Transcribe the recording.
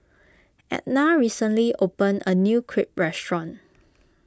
Edna recently opened a new Crepe restaurant